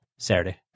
Saturday